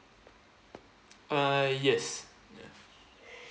uh yes